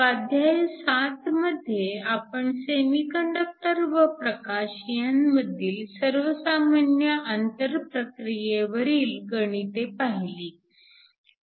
स्वाध्याय 7 मध्ये आपण सेमीकंडक्टर व प्रकाश ह्यांमधील सर्वसामान्य आंतर्प्रक्रियेवरील गणिते पाहिली